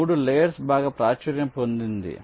3 layers బాగా ప్రాచుర్యం పొందింది